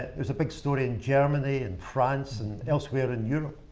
it was a big story in germany, and france, and elsewhere in europe.